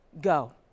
Go